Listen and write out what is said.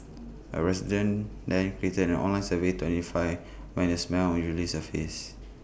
A resident then created an online survey to identify when the smell usually surfaces